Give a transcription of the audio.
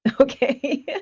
okay